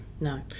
No